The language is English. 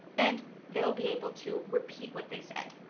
and they'll be able to repeat what they said.